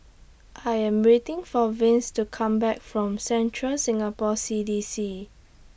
I Am waiting For Vince to Come Back from Central Singapore C D C